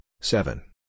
seven